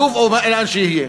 לוב או היכן שיהיה.